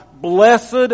blessed